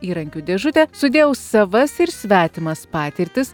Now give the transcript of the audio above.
įrankių dėžutę sudėjau savas ir svetimas patirtis